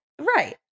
Right